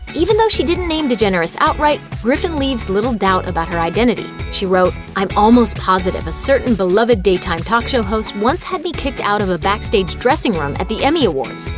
even though she didn't name degeneres outright, griffin leaves little doubt about her identity. she wrote i'm almost positive a certain beloved daytime talk show host once had me kicked out of a backstage dressing room at the emmy awards.